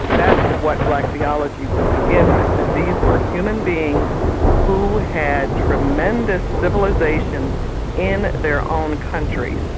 that's what black theology would begin with, that these were human beings who had tremendous civilisation in their own country,